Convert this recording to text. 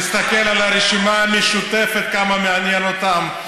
כל האופוזיציה, עד כמה זה מעניין אותם.